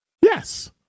yes